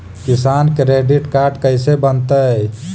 किसान credit card कैसे बनतै?